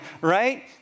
right